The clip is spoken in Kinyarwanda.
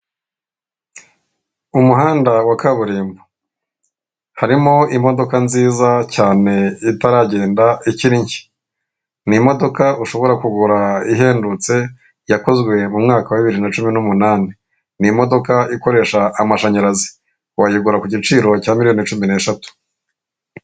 Umuhanda wa kaburimbo harimo imodoka nziza cyane itaragenda ikiri nshya ni imodoka ushobora kugura ihendutse yakozwe mu mwaka wa bibiri na cumi n'umunani. Ni imodoka ikoresha amashanyarazi wayigura ku giciro cya miliyoni cumi n'eshatu.